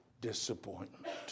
disappointment